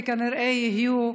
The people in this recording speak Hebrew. וכנראה יהיו,